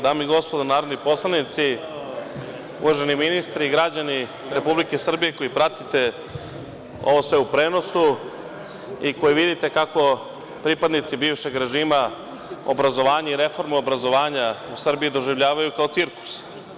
Dame i gospodo narodni poslanici, uvaženi ministri, građani Republike Srbije koji pratite ovo sve u prenosu i koji vidite kako pripadnici bivšeg režima obrazovanje i reformu obrazovanja u Srbiji doživljavaju kao cirkus.